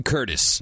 Curtis